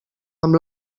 amb